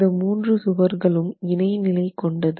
இந்த மூன்று சுவர்களும் இணைநிலை கொண்டது